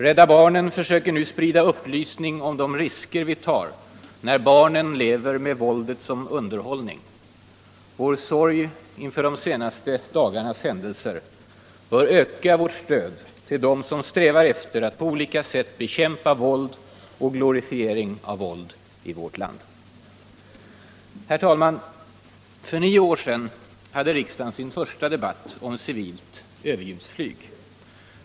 Rädda barnen försöker nu sprida upplysning om Allmänpolitisk debatt Allmänpolitisk debatt de risker vi tar när barnen lever med våldet som underhållning. Vår sorg inför de senaste dagarnas händelser bör öka vårt stöd till dem som strävar efter att på olika sätt bekämpa våld, och glorifiering av våld, i vårt land. Herr talman! För nio år sedan hade riksdagen sin första debatt om civilt överljudsflyg.